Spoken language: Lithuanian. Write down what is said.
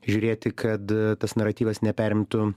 žiūrėti kad tas naratyvas neperimtų